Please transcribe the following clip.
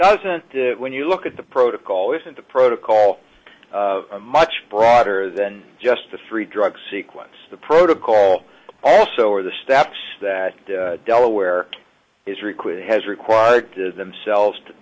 doesn't when you look at the protocol isn't a protocol much broader than just the three drug sequence the protocol also or the steps that delaware is required has required themselves to